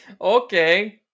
Okay